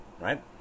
right